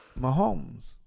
Mahomes